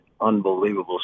Unbelievable